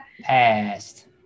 Passed